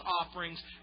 offerings